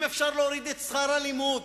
אם אפשר להוריד את שכר הלימוד,